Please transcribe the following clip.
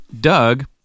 Doug